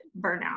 burnout